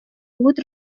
بود